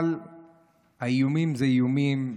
אבל האיומים זה איומים.